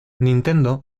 nintendo